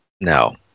No